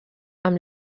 amb